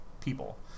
people